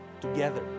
together